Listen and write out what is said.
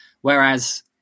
Whereas